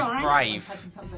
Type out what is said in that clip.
brave